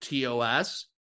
TOS